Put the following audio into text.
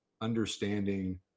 understanding